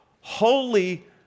holy